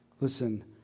Listen